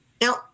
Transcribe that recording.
Now